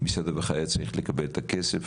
משרד הרווחה היה צריך לקבל את הכסף,